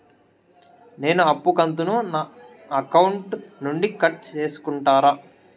నేను అప్పు కంతును నా అకౌంట్ నుండి కట్ సేసుకుంటారా?